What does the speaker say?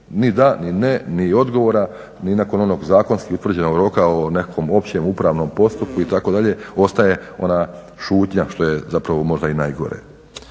Ni da ni ne ni odgovora ni nakon onog zakonski utvrđenog roka o nekakvom općem upravnom postupku itd. ostaje ona šutnja što je zapravo možda i najgore.